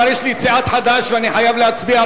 אבל יש לי סיעת חד"ש ואני חייב להצביע.